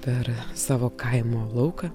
per savo kaimo lauką